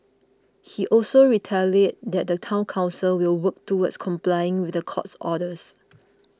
he also reiterated that the Town Council will work towards complying with the court's orders